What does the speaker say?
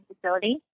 facility